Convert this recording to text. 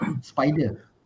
spider